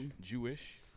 Jewish